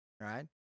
right